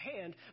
hand